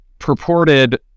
purported